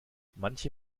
manche